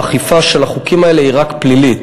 האכיפה של החוקים האלה היא רק פלילית.